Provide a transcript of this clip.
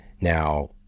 Now